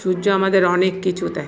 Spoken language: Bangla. সূর্য আমাদের অনেক কিছু দেয়